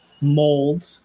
mold